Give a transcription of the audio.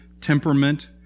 temperament